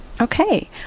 Okay